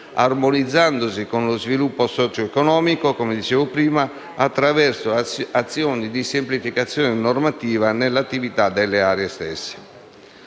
armonizzandosi con lo sviluppo socioeconomico attraverso azioni di semplificazione normativa nelle attività delle aree stesse.